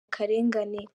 akarengane